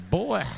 boy